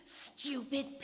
Stupid